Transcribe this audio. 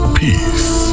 peace